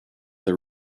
the